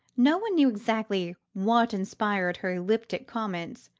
no one knew exactly what inspired her elliptic comments,